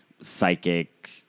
psychic